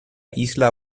isla